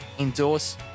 endorse